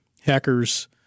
hackers